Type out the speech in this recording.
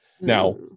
now